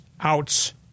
outs